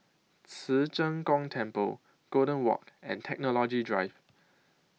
Ci Zheng Gong Temple Golden Walk and Technology Drive